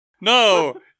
no